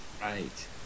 right